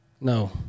No